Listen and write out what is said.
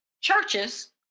churches